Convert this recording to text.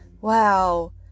wow